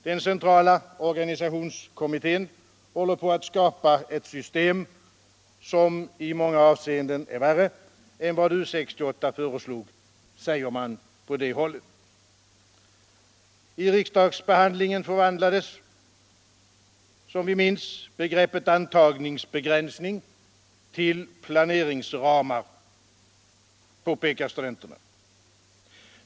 Den centrala organisationskommittén håller på att skapa ett system, som i många avseenden är värre än vad U 68 föreslog, säger man på det hållet. I riksdagsbehandlingen förvandlades, som vi minns, begreppet antagningsbegränsning till planeringsramar, påpekar studenterna.